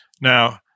Now